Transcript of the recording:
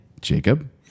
Jacob